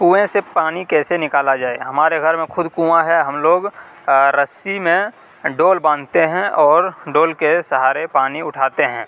کنویں سے پانی کیسے نکالا جائے ہمارے گھر میں خود کنواں ہے ہم لوگ رسی میں ڈول باندھتے ہیں اور ڈول کے سہارے پانی اٹھاتے ہیں